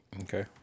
Okay